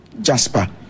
jasper